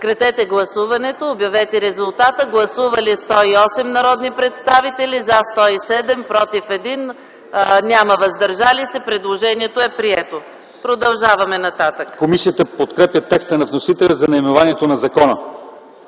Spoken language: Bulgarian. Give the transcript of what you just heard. Комисията подкрепя текста на вносителя за наименованието на закона.